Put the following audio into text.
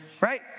Right